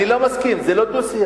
אני לא מסכים, זה לא דו-שיח.